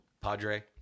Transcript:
Padre